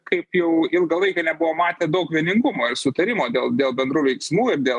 kaip jau ilgą laiką nebuvo matę daug vieningumo ir sutarimo dėl dėl bendrų veiksmų ir dėl